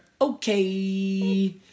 okay